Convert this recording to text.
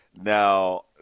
Now